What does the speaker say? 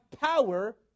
power